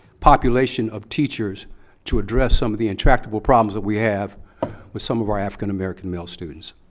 population of teachers to address some of the intractable problems that we have with some of our african-american male students.